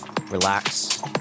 relax